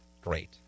Great